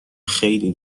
خیلی